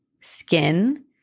skin –